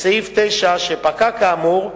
של סעיף 9, שפקע כאמור,